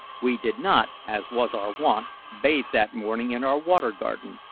we did not, as was our wont, bathe that morning in our water garden,